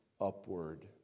upward